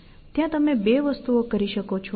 ત્યાં તમે 2 વસ્તુઓ કરી શકો છો